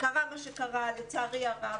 קרה מה שקרה לצערי הרב.